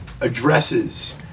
addresses